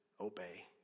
obey